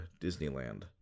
Disneyland